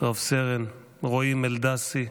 רס"ן רועי מלדסי,